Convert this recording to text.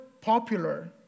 popular